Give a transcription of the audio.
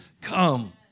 come